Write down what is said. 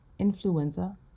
Influenza